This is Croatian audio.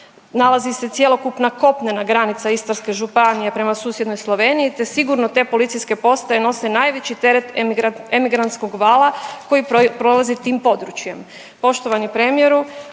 nalazi se cjelokupna kopnena granica Istarske županije prema susjednoj Sloveniji te sigurno te PP nose najveći teret emigrantskog vala koji prolazi tim područjem.